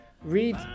read